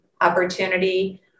opportunity